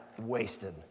wasted